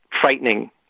frightening